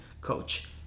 coach